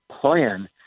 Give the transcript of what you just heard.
plan